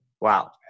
wow